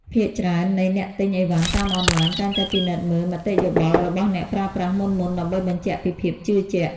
ភាគច្រើននៃអ្នកទិញឥវ៉ាន់តាមអនឡាញតែងតែពិនិត្យមើលមតិយោបល់របស់អ្នកប្រើប្រាស់មុនៗដើម្បីបញ្ជាក់ពីភាពជឿជាក់។